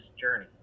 Journey